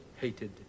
hated